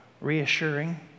reassuring